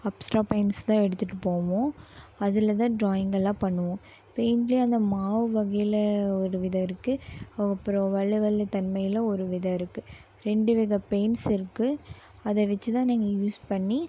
apsara paints தான் எடுத்துகிட்டு போவோம் அதில் தான் டிராயிங் எல்லாம் பண்ணுவோம் பெயிண்டில் அந்த மாவு வகையில் ஒரு விதம் இருக்குது ஓ அப்புறம் வழுவழு தன்மையில் ஒரு விதம் இருக்குது ரெண்டு வித பெயிண்ட்ஸ் இருக்குது அதை வெச்சு தான் நீங்கள் யூஸ் பண்ணி